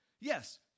Yes